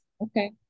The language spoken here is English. Okay